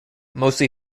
mostly